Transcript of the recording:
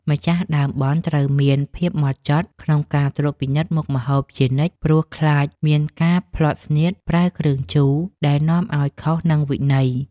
ម្ចាស់ដើមបុណ្យត្រូវមានភាពហ្មត់ចត់ក្នុងការត្រួតពិនិត្យមុខម្ហូបជានិច្ច ព្រោះ ខ្លាចមានការភ្លាត់ស្នៀតប្រើគ្រឿងជូរដែលនាំឱ្យខុសនឹងវិន័យ។